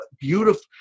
beautiful